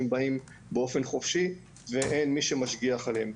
באים באופן חופשי ואין מי שמשגיח עליהם.